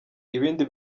ibindi